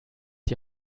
die